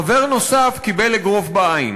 חבר נוסף קיבל אגרוף בעין.